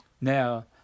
Now